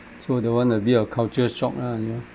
so that one a bit of culture shock lah you know